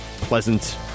pleasant